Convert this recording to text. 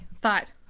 Thought